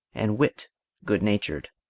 and wit good-natured.